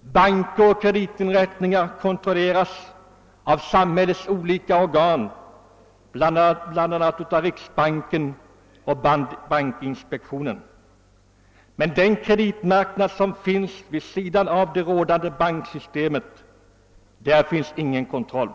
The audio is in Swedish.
Banker och kreditinrättningar kontrolleras av samhällets olika organ, bl.a. av riksbanken och bankinspektionen, men över den kreditmarknad som finns vid sidan om det rådande banksystemet finns ingen kontroll.